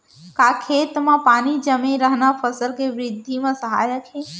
का खेत म पानी जमे रहना फसल के वृद्धि म सहायक हे?